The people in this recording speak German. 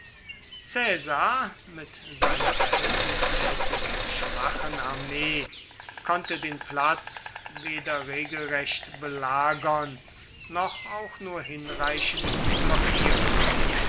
mit seiner verhältnismäßig schwachen armee konnte den platz weder regelrecht belagern noch auch nur hinreichend blockieren